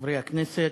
חברי הכנסת.